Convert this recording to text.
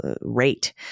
rate